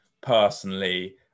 personally